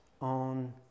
on